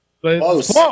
Close